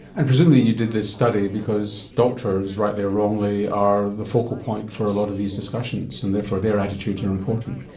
and presumably you did this study because doctors, rightly or wrongly, are the focal point for a lot of these discussions, and therefore their attitudes are important.